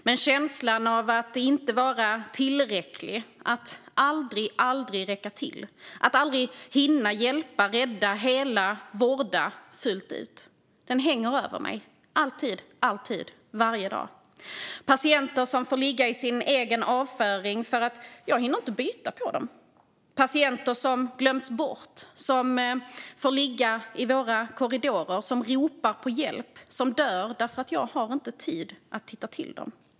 Men känslan av att inte vara tillräcklig, att aldrig räcka till, att aldrig hinna hjälpa, rädda, hela, vårda fullt ut, den hänger över mig alltid - varje dag. Patienter som får ligga i sin egen avföring för att jag inte hinner byta på dem. Patienter som glöms bort, som får ligga i våra korridorer, som ropar på hjälp, som dör därför jag inte har tid att titta till dem.